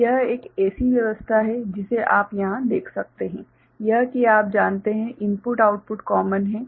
तो यह एक ऐसी व्यवस्था है जिसे आप यहां देख सकते हैं यह कि आप जानते हैं इनपुट आउटपुट कॉमन है